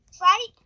Right